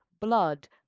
blood